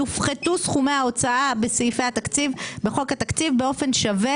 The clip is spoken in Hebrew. יופחתו סכומי ההוצאה בסעיפי התקציב בחוק התקציב באופן שווה